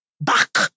back